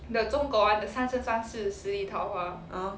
(uh huh)